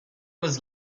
was